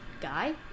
guy